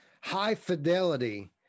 high-fidelity